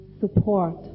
support